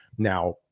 Now